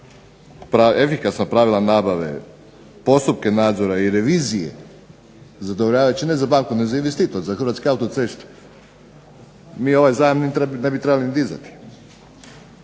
efikasna pravila nabave, postupke nadzora i revizije zadovoljavajuće ne za banku nego za investitore, za Hrvatske autoceste. Mi ovaj zajam ne bi trebali ni dizati.